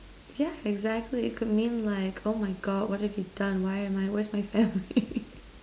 yeah exactly it could mean like oh my god what have you done why am I where's my family